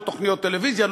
לא תוכניות טלוויזיה,